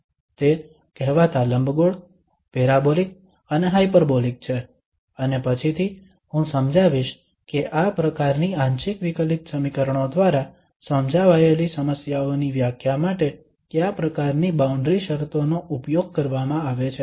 તે કહેવાતા લંબગોળ પેરાબોલિક અને હાયપરબોલિક છે અને પછીથી હું સમજાવીશ કે આ પ્રકારની આંશિક વિકલિત સમીકરણો દ્વારા સમજાવાયેલી સમસ્યાઓની વ્યાખ્યા માટે કયા પ્રકારની બાઉન્ડ્રી શરતો નો ઉપયોગ કરવામાં આવે છે